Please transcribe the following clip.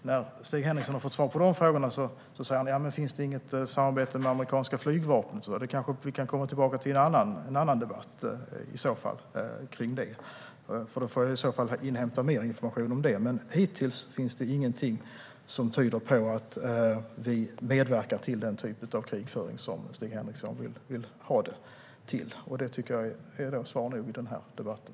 När Stig Henriksson har fått svar på de frågorna undrar han om det inte finns samarbete med det amerikanska flygvapnet. Det kanske vi kan komma tillbaka till i en annan debatt. Då måste jag inhämta mer information. Hittills finns ingenting som tyder på att Sverige medverkar till den typ av krigföring som Stig Henriksson vill ha det till. Det är svar nog i den här debatten.